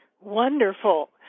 Wonderful